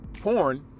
porn